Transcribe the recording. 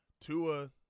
Tua